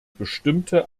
bestimmte